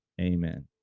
Amen